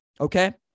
okay